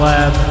Lab